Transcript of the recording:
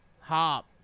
hop